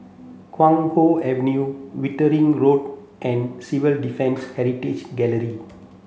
Guan Hua Avenue Wittering Road and Civil Defence Heritage Gallery